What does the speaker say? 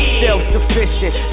self-sufficient